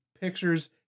pictures